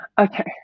Okay